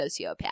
sociopath